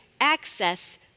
access